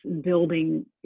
building